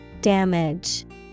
Damage